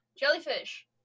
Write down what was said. Jellyfish